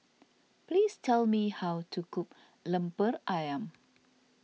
please tell me how to cook Lemper Ayam